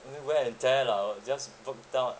maybe wear and tear lah was just broke down